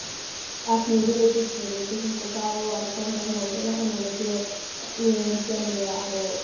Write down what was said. आफ्नो रिलेटिभसहरूदेखिको टाढो अब कन्ट्याक्टमा हुँदैन उनीहरूले त्यो उयो त्यहाँनिर अब